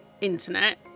internet